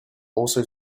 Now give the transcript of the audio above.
also